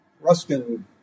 Ruskin